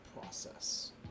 process